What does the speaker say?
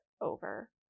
over